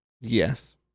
yes